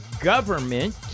government